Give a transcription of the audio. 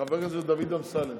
חבר הכנסת דוד אמסלם.